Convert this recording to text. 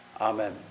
amen